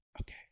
Okay